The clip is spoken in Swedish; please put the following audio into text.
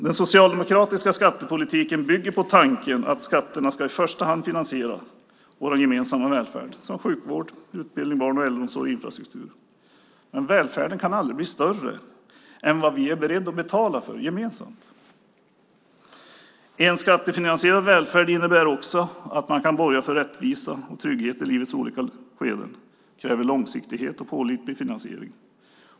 Den socialdemokratiska skattepolitiken bygger på tanken att skatterna i första hand ska finansiera vår gemensamma välfärd, som sjukvård, utbildning, barn och äldreomsorg och infrastruktur. Välfärden kan aldrig bli större än vad vi är beredda att betala för den gemensamt. En skattefinansierad välfärd innebär också att man borgar för rättvisa och trygghet i livets olika skeden. Det kräver långsiktighet och pålitlig finansiering.